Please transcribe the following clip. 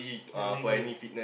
not really